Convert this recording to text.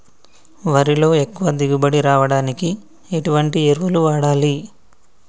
వరిలో ఎక్కువ దిగుబడి రావడానికి ఎటువంటి ఎరువులు వాడాలి?